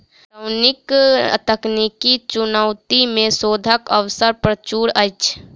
पटौनीक तकनीकी चुनौती मे शोधक अवसर प्रचुर अछि